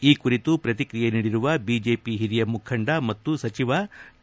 ಈ ಕುರಿತು ಪ್ರತಿಕ್ರಿಯೆ ನೀಡಿರುವ ಬಿಜೆಪಿ ಹಿರಿಯ ಮುಖಂಡ ಮತ್ತು ಸಚಿವ ಕೆ